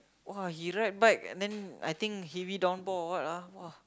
!wah! he ride bike then I think heavy downpour or what ah !wah!